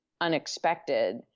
unexpected